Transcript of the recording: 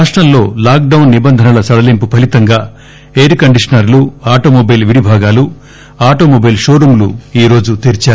రాష్టంలో lockdown నిబంధనల సడలింపు ఫలితంగా ఎయిర్ కండీషనర్లు ఆటోమొబైల్ విడిభాగాలు ఆటో మొబైల్ షోరూంలు ఈరోజు తెరిచారు